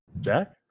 Jack